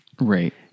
right